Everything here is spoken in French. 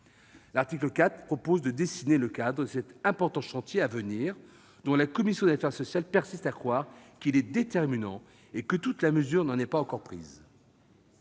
L'article 4 propose de dessiner le cadre de cet important chantier à venir, dont la commission des affaires sociales persiste à croire qu'il est déterminant et que toute la mesure n'en a pas encore été prise.